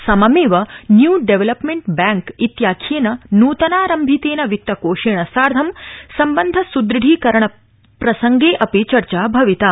सममेव new development bank इत्याख्येन न्तनारम्भितेन वित्तकोषेण सार्ध सम्बन्ध सुदृढीकरणप्रसंगे अपि चर्चा भविता